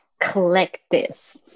Collective